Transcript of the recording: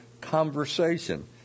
conversation